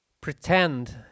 pretend